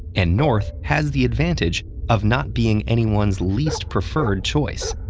and north has the advantage of not being anyone's least preferred choice.